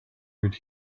would